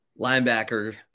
linebacker